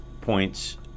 points